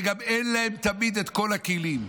וגם אין להם תמיד את כל הכלים.